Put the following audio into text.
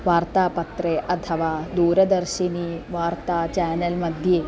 वार्तापत्रे अथवा दूरदर्शणी वार्ता चानेल् मध्ये